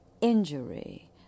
injury